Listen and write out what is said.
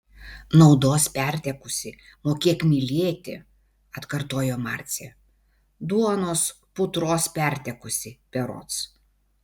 naudos pertekusi mokėk mylėti atkartojo marcė duonos putros pertekusi berods